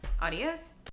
adios